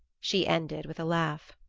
she ended with a laugh.